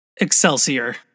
Excelsior